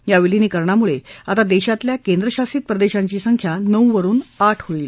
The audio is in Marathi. या विलिनीकरणामुळे आता देशातल्या केन्द्रशासित प्रदेशांची संख्या नऊवरुन आठ होईल